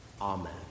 Amen